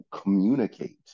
communicate